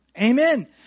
Amen